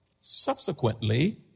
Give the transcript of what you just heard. Subsequently